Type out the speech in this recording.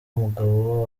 mugabo